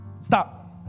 Stop